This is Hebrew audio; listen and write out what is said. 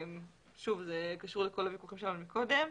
שוב, זה קשור לכל הוויכוחים שלנו קודם לכן.